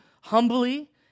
humbly